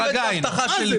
הייתי עומד בהבטחה שלי.